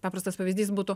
paprastas pavyzdys būtų